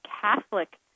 Catholic